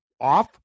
off